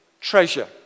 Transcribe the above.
treasure